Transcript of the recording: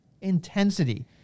intensity